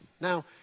Now